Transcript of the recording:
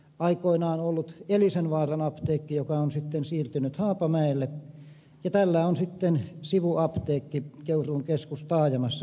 aikoinaan on ollut elisenvaaran apteekki joka on sitten siirtynyt haapamäelle ja tällä on sitten sivuapteekki keuruun keskustaajamassa